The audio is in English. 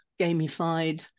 gamified